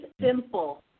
simple